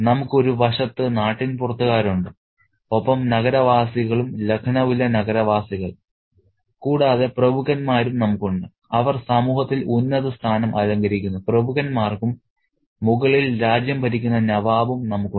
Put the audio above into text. നമുക്ക് ഒരു വശത്ത് നാട്ടിൻപുറത്തുകാരുണ്ട് ഒപ്പം നഗരവാസികളും ലഖ്നൌവിലെ നഗരവാസികൾ കൂടാതെ പ്രഭുക്കന്മാരും നമുക്കുണ്ട് അവർ സമൂഹത്തിൽ ഉന്നതസ്ഥാനം അലങ്കരിക്കുന്നു പ്രഭുക്കന്മാർക്കും മുകളിൽ രാജ്യം ഭരിക്കുന്ന നവാബും നമുക്കുണ്ട്